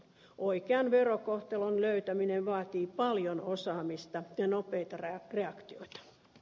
oikean verokohtelun löytäminen vaatii paljon osaamista ja nopeita reaktioita